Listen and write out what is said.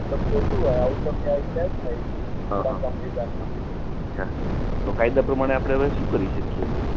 આ તો ખોટું આવવું તો ક્યાંય છે જ નહીં આખા સંવિધાનમાં અચ્છા કાયદા પ્રમાણે આપણે હવે શું કરી શકીએ છીએ